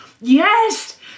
yes